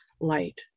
light